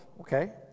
okay